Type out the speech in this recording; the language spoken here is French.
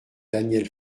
daniel